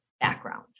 background